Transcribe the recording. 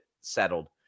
settled